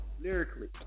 lyrically